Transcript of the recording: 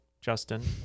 Justin